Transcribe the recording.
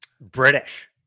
British